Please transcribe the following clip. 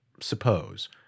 suppose